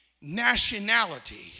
nationality